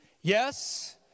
Yes